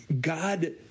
God